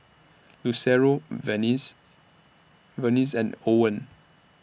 Lucero Vernice Vernice and Owen